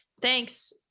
thanks